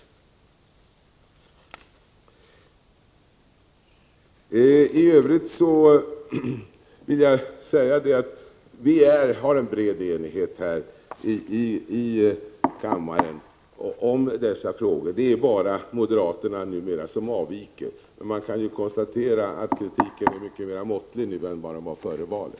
Vi har här i kammaren en bred enighet i dessa frågor. Det är numera bara moderaterna som avviker. Men man kan konstatera att kritiken nu är mycket mer måttlig än den var före valet.